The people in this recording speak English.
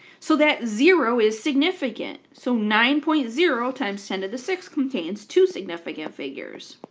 so that zero is significant. so nine point zero times ten to the sixth contains two significant figures.